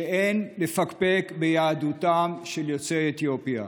שאין לפקפק ביהדותם של יוצאי אתיופיה.